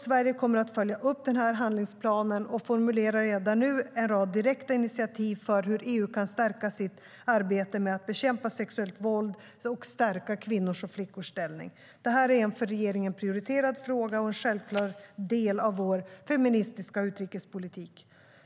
Sverige kommer att följa upp handlingsplanen och formulerar redan nu en rad direkta initiativ för hur EU kan stärka sitt arbete med att bekämpa det sexuella våldet och stärka kvinnors och flickors ställning. Detta är en för regeringen prioriterad fråga, och en självklar del av vår feministiska utrikespolitik.